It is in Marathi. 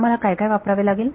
मला काय काय वापरावे लागेल